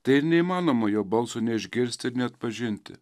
tai ir neįmanoma jo balso neišgirsti ir neatpažinti